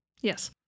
Yes